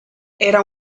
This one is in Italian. era